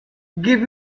give